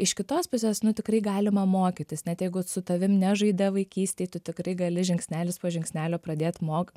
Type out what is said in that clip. iš kitos pusės nu tikrai galima mokytis net jeigu su tavim nežaidė vaikystėj tu tikrai gali žingsnelis po žingsnelio pradėt mokyti